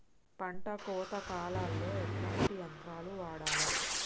పంట కోత కాలాల్లో ఎట్లాంటి యంత్రాలు వాడాలే?